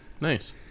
Nice